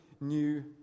new